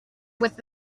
with